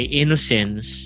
innocence